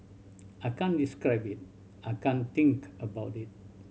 I can't describe it I can't think about it